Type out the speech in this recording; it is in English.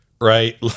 right